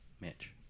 Mitch